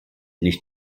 nicht